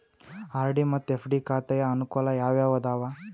RD ಮತ್ತು FD ಖಾತೆಯ ಅನುಕೂಲ ಯಾವುವು ಅದಾವ?